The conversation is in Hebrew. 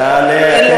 תעלה,